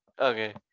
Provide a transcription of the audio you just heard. Okay